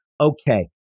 okay